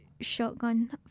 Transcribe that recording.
Shotgun